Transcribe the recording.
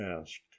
asked